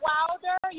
Wilder